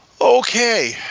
Okay